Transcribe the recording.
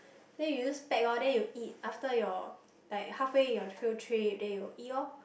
then you use pack lor then you eat after you're like halfway through your field trip then you eat lor